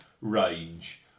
range